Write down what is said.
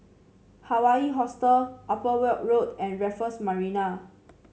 Hawaii Hostel Upper Weld Road and Raffles Marina